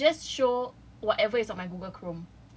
it will just show whatever is on my Google chrome